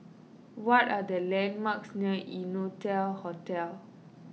what are the landmarks near Innotel Hotel